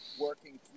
working